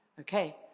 Okay